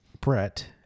Brett